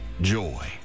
joy